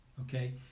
Okay